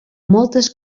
moltes